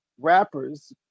rappers